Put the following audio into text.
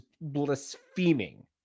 blaspheming